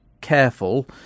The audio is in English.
careful